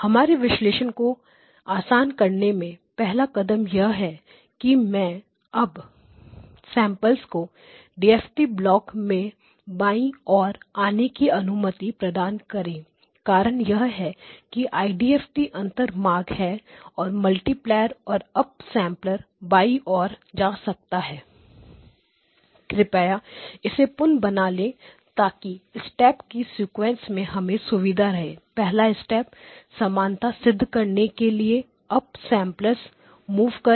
हमारे विश्लेषण को आसान करने में पहला कदम यह है कि मैं अब सैंपलर्स को डीएफटी ब्लॉक में बाई ओर आने की अनुमति प्रदान करें कारण यह है कि IDFT अंतर मार्ग है और मल्टीप्लेयर और अप सैंपलर बाई और जा सकता है कृपया इसे पुनः बना लें ताकि स्टेप्स की सीक्वेंस में हमें सुविधा रहे पहले स्टेप समानता सिद्ध करने के लिए अप सैंपलर्स मूव करें